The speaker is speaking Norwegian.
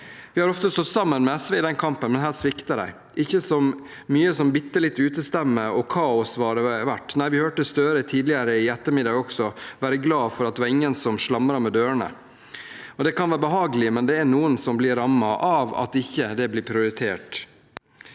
Vi har ofte stått sammen med SV i den kampen, men her svikter de. Ikke så mye som bitte litt utestemme og kaos har det vært. Vi hørte også Støre tidligere i ettermiddag være glad for at ingen slamret med dørene. Det kan være behagelig, men det er noen som blir rammet av at det ikke blir prioritert.